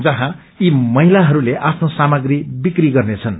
जहौँ यी महिताहस्ते आफ्नो सामाग्री बिक्री गर्नेछन्